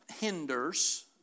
hinders